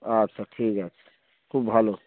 আচ্ছা ঠিক আছে খুব ভালো